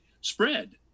spread